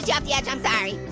you off the edge. i'm sorry.